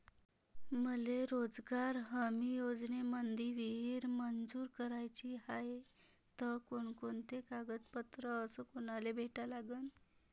मले रोजगार हमी योजनेमंदी विहीर मंजूर कराची हाये त कोनकोनते कागदपत्र अस कोनाले भेटा लागन?